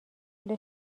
پول